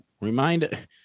Remind